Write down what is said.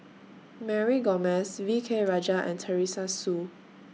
Mary Gomes V K Rajah and Teresa Hsu